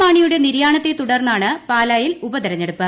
മാണിയുടെ നിര്യാണത്തെ തുടർന്നാണ് പാലായിൽ ഉപതെരഞ്ഞെടുപ്പ്